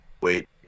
wait